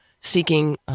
seeking